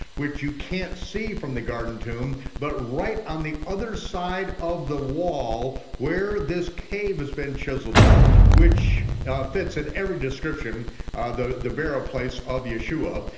which you can't see from the garden tomb, but right on the other side of the wall where this cave has been chiseled out which fits in every description the the burial place of yeshua,